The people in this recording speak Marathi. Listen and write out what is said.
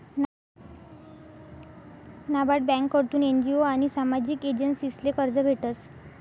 नाबार्ड ब्यांककडथून एन.जी.ओ आनी सामाजिक एजन्सीसले कर्ज भेटस